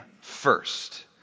first